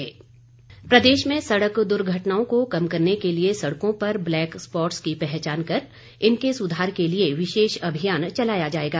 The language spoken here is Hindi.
मख्यमंत्री प्रदेश में सड़क दुर्घटनाओं को कम करने के लिए सड़कों पर ब्लैक स्पॉट्स की पहचान कर इनके सुधार के लिए विशेष अभियान चलाया जाएगा